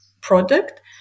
product